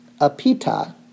apita